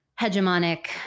hegemonic